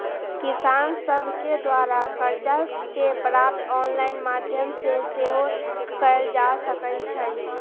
किसान सभके द्वारा करजा के प्राप्ति ऑनलाइन माध्यमो से सेहो कएल जा सकइ छै